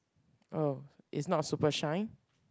oh is not super shine